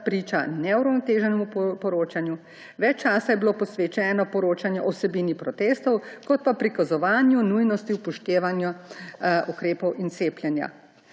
priča neuravnoteženemu poročanju. Več časa je bilo posvečenega poročanju o vsebini protestov kot pa prikazovanju nujnosti upoštevanja ukrepov in cepljenja.